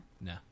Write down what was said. no